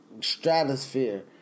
stratosphere